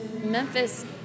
Memphis